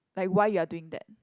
like why you are doing that